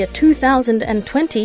2020